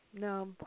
No